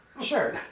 Sure